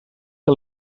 que